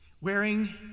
Wearing